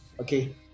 Okay